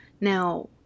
Now